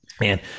Man